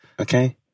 Okay